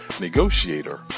negotiator